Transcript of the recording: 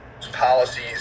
policies